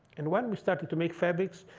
and when we started to make fabrics,